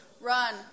run